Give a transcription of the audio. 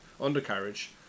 undercarriage